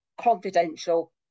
confidential